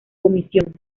comisión